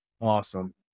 Awesome